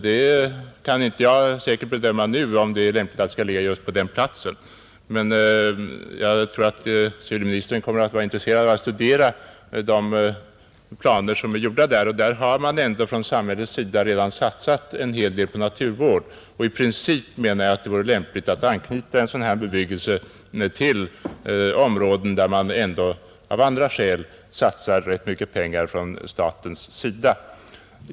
Jag kan inte nu bedöma om det är lämpligt att bebyggelsen skall ligga just på den platsen. Men jag tror ändå att civilministern kommer att vara intresserad av att studera de planer som där gjorts upp. Man har där från samhället redan satsat en hel del på naturvård, och jag menar att det i princip vore lämpligt att anknyta en bebyggelse av detta slag till områden där staten ändå, av andra skäl, satsar mycket pengar.